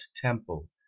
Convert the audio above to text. temple